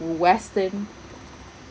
western